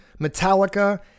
Metallica